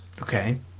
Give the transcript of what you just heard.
Okay